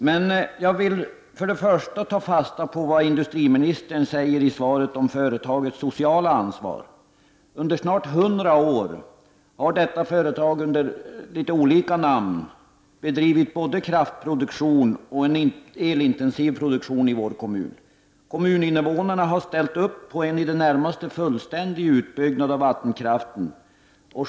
Till att börja med vill jag ta fasta på vad industriministern säger i svaret om företagets sociala ansvar. Under snart 100 år har detta företag, under litet olika namn, bedrivit både kraftproduktion och elintensiv produktion i vår kommun. Kommuninnevånarna har ställt upp på en i det närmaste fullständig utbyggnad av vattenkraft.